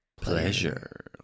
Pleasure